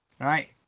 right